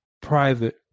private